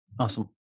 Awesome